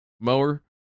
mower